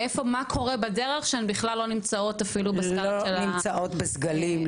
ומה קורה בדרך שהן בכלל לא נמצאות אפילו ב --- לא נמצאות בסגלים.